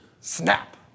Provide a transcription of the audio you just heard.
Snap